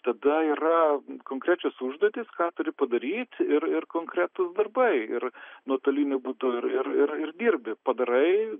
tada yra konkrečios užduotys ką turi padaryt ir ir konkretūs darbai ir nuotoliniu būdu ir ir ir dirbi padarai